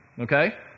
Okay